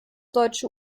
deutsche